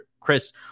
Chris